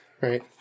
right